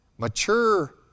Mature